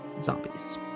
zombies